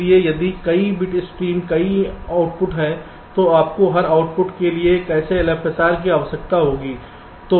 इसलिए यदि कई बिट स्ट्रीम कई आउटपुट हैं तो आपको हर आउटपुट के लिए एक ऐसे LFSR की आवश्यकता होती है